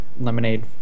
lemonade